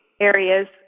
areas